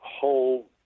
whole